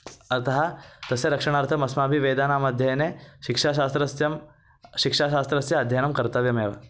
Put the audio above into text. अतः तस्य रक्षणार्थम् अस्माभिः वेदानाम् अध्ययने शिक्षाशास्त्रस्य शिक्षाशास्त्रस्य अध्ययनं कर्तव्यमेव